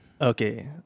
Okay